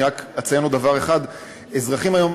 אני רק אציין עוד דבר אחד: אזרחים היום,